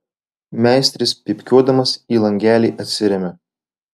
meisteris pypkiuodamas į langelį atsiremia